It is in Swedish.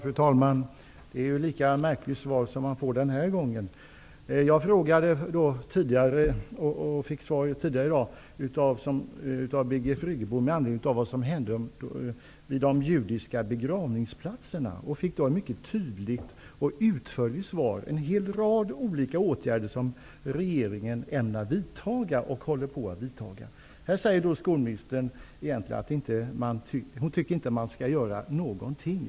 Fru talman! Det var ett lika märkligt svar som jag fick den här gången. Jag hade förut ställt en fråga med anledning av vad som hände vid de judiska begravningsplatserna och fick tidigare i dag ett mycket tydligt och utförligt svar från Birgit Friggebo. Regeringen ämnar vidtaga och håller på att vidtaga en hel rad olika åtgärder. Nu säger skolministern att hon tycker att man inte skall göra någonting.